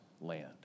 land